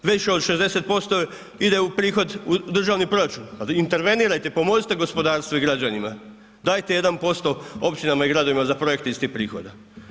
Više od 60% ide u prihod u državni proračun, intervenirajte, pomozite gospodarstvu i građanima, dajte 1% općinama i gradovima za projekte iz tih prihoda.